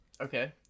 Okay